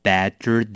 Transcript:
Better